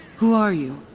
who are you?